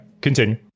Continue